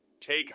Take